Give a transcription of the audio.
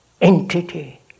entity